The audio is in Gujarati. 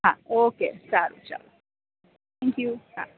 હા ઓકે સારુ ચલો થેન્ક યૂ હા